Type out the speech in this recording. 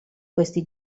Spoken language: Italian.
questi